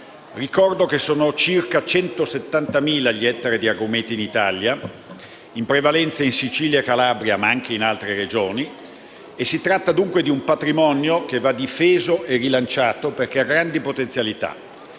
Ricordo che sono circa 170.000 gli ettari di agrumeti in Italia, in prevalenza in Sicilia e Calabria, ma anche in altre Regioni. Si tratta, dunque, di un patrimonio che va difeso e rilanciato perché ha grande potenzialità.